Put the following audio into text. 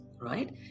right